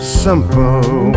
simple